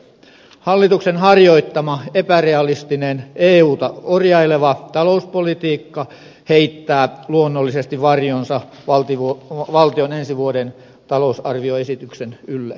hallituksen harjoittama epärealistinen euta orjaileva talouspolitiikka heittää luonnollisesti varjonsa valtion ensi vuoden talousarvioesityksen ylle